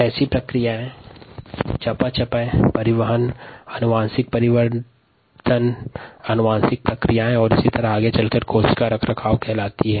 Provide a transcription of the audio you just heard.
ऐसी प्रक्रियाएँ जो मेटाबोलिज्म ट्रांसपोर्ट या चयापचय परिवहन अनुवांशिक परिवर्तन और अनुवांशिक प्रक्रिया सामूहिक रूप से कोशिका रखरखाव कहलाती हैं